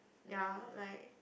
ya like